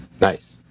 Nice